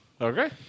Okay